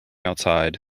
outside